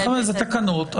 חברים, זה תקנות.